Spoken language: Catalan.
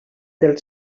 del